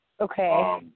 okay